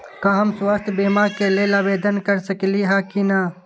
का हम स्वास्थ्य बीमा के लेल आवेदन कर सकली ह की न?